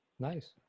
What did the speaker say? Nice